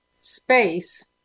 space